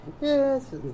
Yes